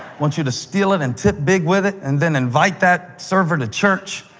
want you to steal it and tip big with it and then invite that server to church.